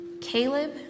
Caleb